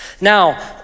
Now